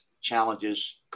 challenges –